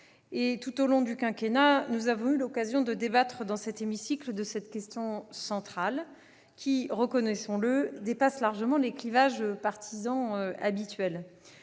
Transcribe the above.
Tout au long du quinquennat, nous avons eu l'occasion de débattre, dans cet hémicycle, de cette question centrale, qui- reconnaissons-le ! -dépasse largement les clivages partisans habituels.